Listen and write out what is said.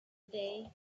day